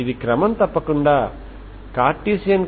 ఇప్పుడు మీరు ఈ unxt ను వ్రాయవచ్చు